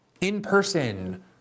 in-person